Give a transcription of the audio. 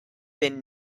been